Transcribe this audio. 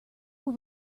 were